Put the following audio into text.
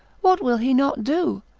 what will he not do?